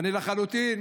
ואני לחלוטין